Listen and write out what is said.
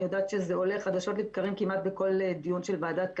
אני יודעת שזה עולה חדשות לבקרים כמעט בכל דיון של ועדת הכלכלה,